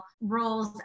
roles